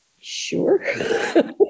sure